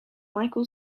michael